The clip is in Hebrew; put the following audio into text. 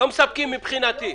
לא מספקים מבחינתי.